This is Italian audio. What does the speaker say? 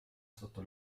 sotto